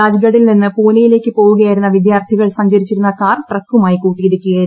രാജ്ഗഡിൽ നിന്ന് പൂനെയിലേക്ക് പ്ടോപ്പുകൃത്ായിരുന്ന വിദ്യാർത്ഥികൾ സഞ്ചരിച്ചിരുന്ന കാർ ട്രക്കുമായി ക്ടൂട്ടിയിടിക്കുകയായിരുന്നു